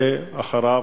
ואחריו,